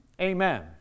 Amen